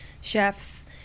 chefs